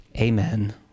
Amen